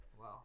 Wow